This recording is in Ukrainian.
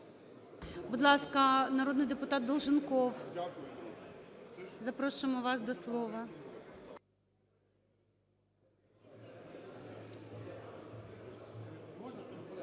Будь ласка, народний депутат Долженков, запрошуємо вас до слова.